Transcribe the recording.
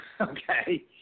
okay